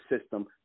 system